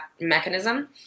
mechanism